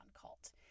cult